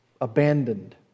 abandoned